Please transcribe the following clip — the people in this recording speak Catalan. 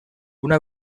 una